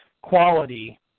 quality